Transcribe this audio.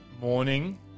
morning